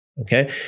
okay